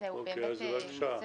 שבוצעה